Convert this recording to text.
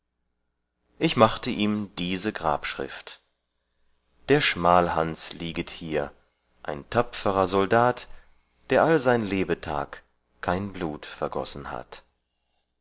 ich machte ihm diese grabschrift der schmalhans lieget hier ein tapferer soldat der all sein lebetag kein blut vergossen hat